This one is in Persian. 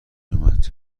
اومد